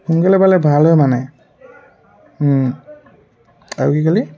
সোনকালে পালে ভাল হয় মানে আৰু কি কলি